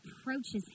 approaches